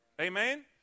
Amen